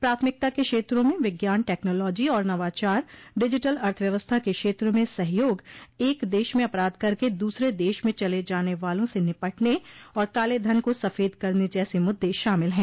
प्राथमिकता के क्षेत्रों में विज्ञान टैक्नोलॉजी और नवाचार डिजिटल अर्थव्यवस्था के क्षेत्र में सहयोग एक देश में अपराध करके दूसरे देश में चले जाने वालों से निपटने और काले धन को सफेद करने जैसे मुद्दे शामिल हैं